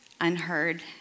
unheard